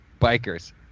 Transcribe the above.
bikers